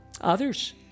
Others